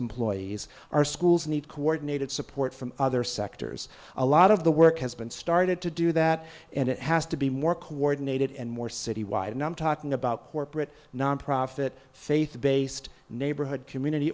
employees our schools need coordinated support from other sectors a lot of the work has been started to do that and it has to be more coordinated and more citywide numb talking about corporate nonprofit faith based neighborhood community